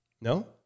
No